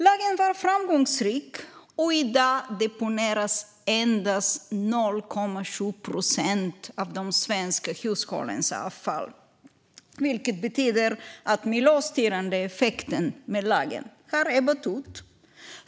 Lagen har varit framgångsrik. I dag deponeras endast 0,7 procent av de svenska hushållens avfall, vilket betyder att den miljöstyrande effekten av lagen har ebbat ut.